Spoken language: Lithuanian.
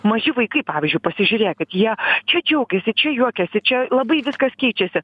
maži vaikai pavyzdžiui pasižiūrėkit jie čia džiaugiasi čia juokiasi čia labai viskas keičiasi